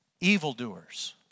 evildoers